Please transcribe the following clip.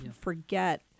forget